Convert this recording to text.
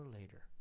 later